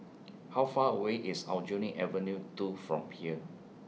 How Far away IS Aljunied Avenue two from here